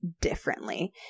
differently